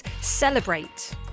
celebrate